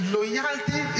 Loyalty